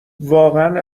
واقعا